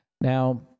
Now